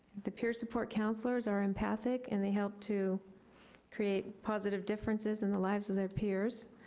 the peer support counselors are empathic, and they help to create positive differences in the lives of their peers.